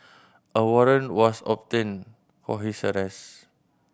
a warrant was obtained for his arrest